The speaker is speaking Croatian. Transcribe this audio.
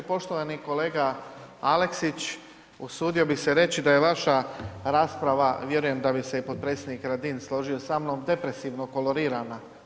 Poštovani kolega Aleksić, usudio bi se reći da je vaša rasprava, vjerujem da bi se i potpredsjednik Radin složio sa mnom, depresivno kolorirana.